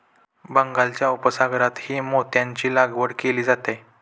बंगालच्या उपसागरातही मोत्यांची लागवड केली जाते